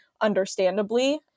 understandably